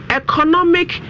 economic